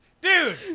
Dude